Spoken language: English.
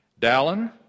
Dallin